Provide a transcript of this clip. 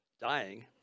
dying